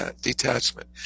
detachment